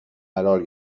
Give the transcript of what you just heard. قرار